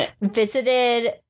visited